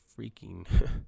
freaking